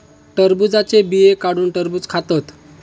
टरबुजाचे बिये काढुन टरबुज खातत